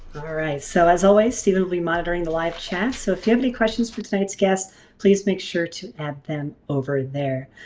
all right so as always stephen will be monitoring the live chat. so if you have any questions for tonight's guests please make sure to add them over there.